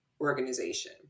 organization